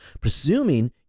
presuming